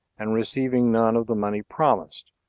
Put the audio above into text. and receiving none of the money promised,